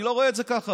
אני לא רואה את זה ככה.